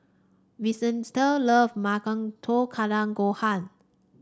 Vicente love Tamago Kake Gohan